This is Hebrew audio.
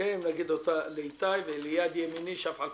תקנה מס'